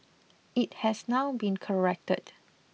it has now been corrected